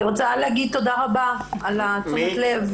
אני רוצה להגיד תודה רבה על תשומת הלב,